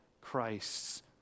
Christ's